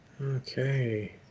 Okay